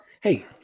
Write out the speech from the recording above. Hey